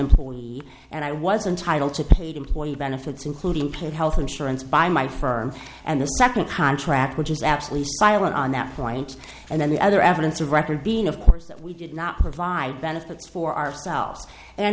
employee and i was entitle to paid employee benefits including paid health insurance by my firm and the second contract which is absolutely silent on that point and then the other evidence of record being of course that we did not provide benefits for ourselves and